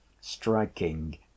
striking